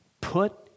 Put